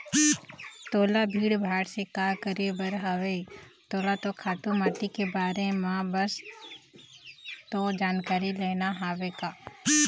तोला भीड़ भाड़ से काय करे बर हवय तोला तो खातू माटी के बारे म बस तो जानकारी लेना हवय का